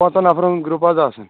پانٛژن نفرن ہُند گرُپ حظ آسان